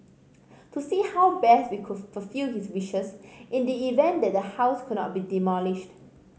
to see how best we could fulfil his wishes in the event that the house could not be demolished